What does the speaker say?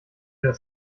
das